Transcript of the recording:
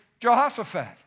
Jehoshaphat